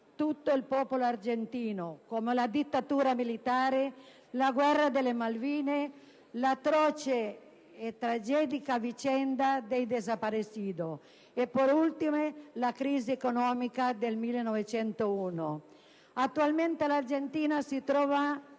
tutto il popolo argentino, come la dittatura militare, la guerra delle Malvine, l'atroce e tragica vicenda dei *desaparecidos* e, da ultimo, la crisi economica del 2001. Attualmente l'Argentina si trova